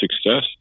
success